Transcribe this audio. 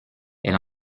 elle